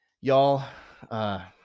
y'all